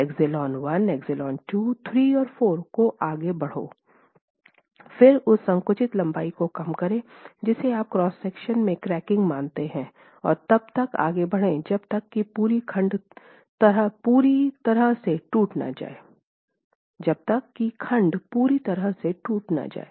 अनुमान ε 1 ε 2 ε 3 और ε 4 और आगे बढ़ो फिर उस संकुचित लंबाई को कम करें जिसे आप क्रॉस सेक्शन में क्रैकिंग मानते हैं और तब तक आगे बढ़ें जब तक कि खंड पूरी तरह से टूट न जाए